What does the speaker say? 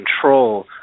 control